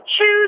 choose